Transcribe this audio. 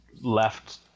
left